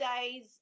days